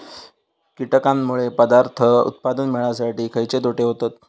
कीटकांनमुळे पदार्थ उत्पादन मिळासाठी खयचे तोटे होतत?